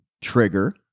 trigger